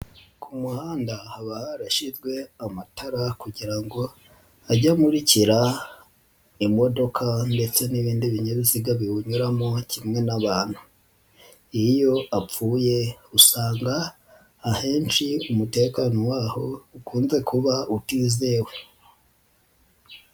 Ku muhanda haba harashyizwe amatara kugira ngo ajye amurikira imodoka ndetse n'ibindi binyabiziga biwunyumo kimwe n'abantu, iyo apfuye usanga ahenshi umutekano w'aho ukunze kuba utizewe.